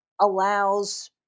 allows